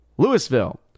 Louisville